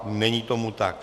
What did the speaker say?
Není tomu tak.